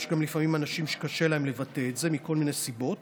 ויש גם לפעמים אנשים שקשה להם לבטא את זה מכל מיני סיבות,